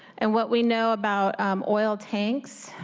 and what we know about oil tanks,